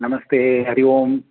नमस्ते हरिः ओम्